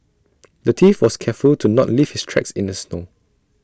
the thief was careful to not leave his tracks in the snow